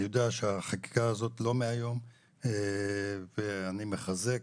אני יודע שהחקיקה הזאת לא מהיום ואני מחזק